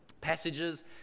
Passages